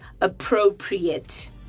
appropriate